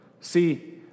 See